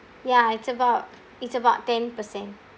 ya it's about it's about ten percent